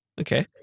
Okay